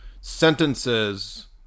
sentences